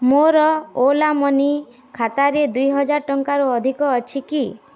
ମୋର Ola money ଖାତାରେ ଦୁଇହଜାର ଟଙ୍କାରୁ ଅଧିକ ଅଛି କି